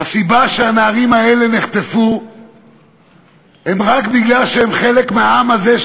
הנערים האלה נחטפו רק כי הם חלק מהעם הזה,